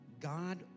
God